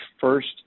first